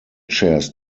chairs